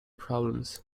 problems